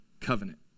covenant